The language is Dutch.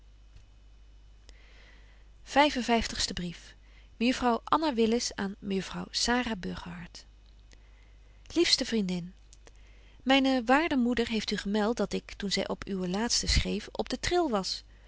en vyftigste brief mejuffrouw anna willis aan mejuffrouw sara burgerhart liefste vriendin myne waarde moeder heeft u gemelt dat ik toen zy op uwen laatsten schreef op den tril was